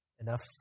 enough